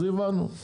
הבנו.